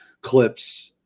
clips